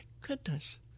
goodness